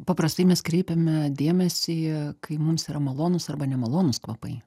paprastai mes kreipiame dėmesį kai mums yra malonūs arba nemalonūs kvapai